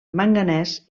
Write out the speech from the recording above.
manganès